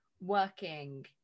working